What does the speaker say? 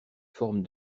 forme